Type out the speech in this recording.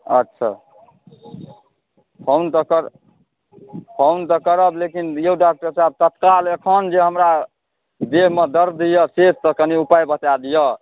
अच्छा फोन तऽ करब फोन तऽ करब लेकिन यौ डाक्टर साहेब तत्काल एखन जे हमरा देहमे दर्द अइ से तऽ कनी उपाए बता दिअ